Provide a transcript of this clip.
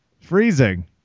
freezing